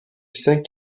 cinq